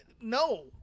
No